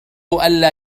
ألا